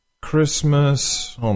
Christmas